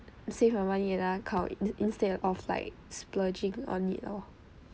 save my money in another account in instead of like splurging on it loh